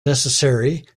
necessary